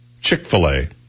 Chick-fil-A